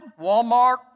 Walmart